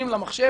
המשפט.